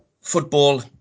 football